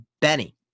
Benny